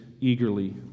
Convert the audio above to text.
eagerly